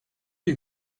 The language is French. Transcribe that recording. les